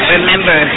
Remember